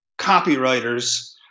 copywriters